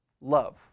love